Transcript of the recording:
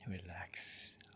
relax